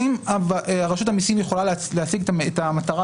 האם רשות המסים יכולה להשיג את המטרה